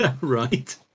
Right